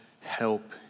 help